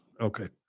okay